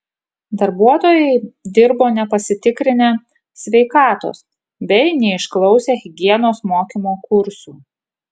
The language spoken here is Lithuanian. darbuotojai dirbo nepasitikrinę sveikatos bei neišklausę higienos mokymo kursų